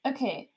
Okay